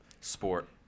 sport